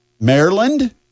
Maryland